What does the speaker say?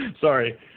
sorry